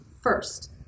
first